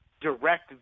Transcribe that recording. direct